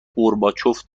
گورباچوف